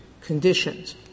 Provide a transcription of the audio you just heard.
conditions